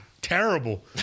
Terrible